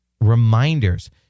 reminders